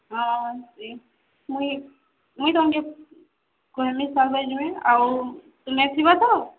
ହଁ ମୁଇଁ ମୁଇଁ ତମେ କହେମି ସାତ୍ ବଜେ ଯିମି ଆଉ ତୁମେ ଥିବ ତ